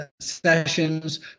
sessions